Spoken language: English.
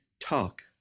talk